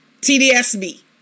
TDSB